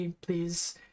please